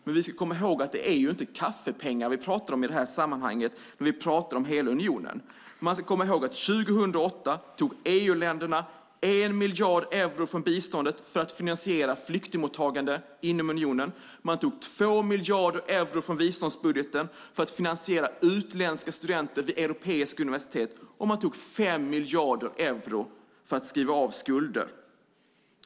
Men vi ska komma ihåg att det inte är kaffepengar vi pratar om i det här sammanhanget när vi pratar om hela unionen. Man ska komma ihåg att 2008 tog EU-länderna 1 miljard euro från biståndet för att finansiera flyktingmottagande inom unionen. Man tog 2 miljarder euro från biståndsbudgeten för att finansiera utländska studenter vid europeiska universitet. Och man tog 5 miljarder euro för att skriva av skulder.